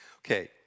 Okay